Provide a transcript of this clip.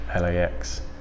LAX